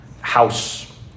house